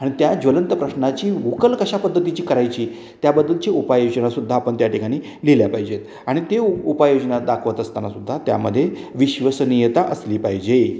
आणि त्या ज्वलंत प्रश्नाची उकल कशा पद्धतीची करायची त्याबद्दलची उपायोजनासुद्धा आपण त्या ठिकाणी लिहिल्या पाहिजेत आणि ते उपायोजना दाखवत असतानासुद्धा त्यामध्ये विश्वसनीयता असली पाहिजे